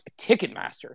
Ticketmaster